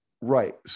Right